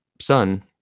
son